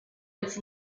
its